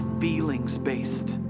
feelings-based